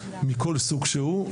מכל סוג שהוא,